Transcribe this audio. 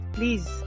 Please